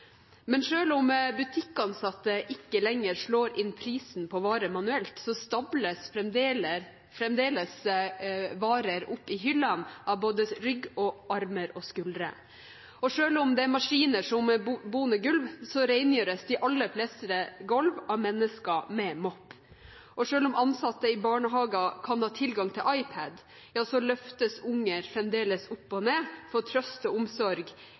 Men selv om butikkansatte ikke lenger slår inn prisen på varer manuelt, stables fremdeles varer opp i hyllene av både rygg, armer og skuldre. Selv om det er maskiner som boner gulv, rengjøres de aller fleste gulv av mennesker med mopp. Og selv om ansatte i barnehager kan ha tilgang til iPad, løftes unger fremdeles opp og ned for trøst og omsorg